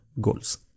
goals